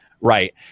right